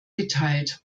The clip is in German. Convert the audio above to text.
geteilt